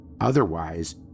Otherwise